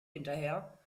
hinterher